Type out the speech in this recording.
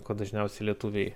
kuo dažniausiai lietuviai